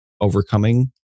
overcoming